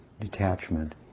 detachment